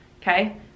okay